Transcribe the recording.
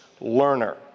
learner